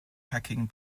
packing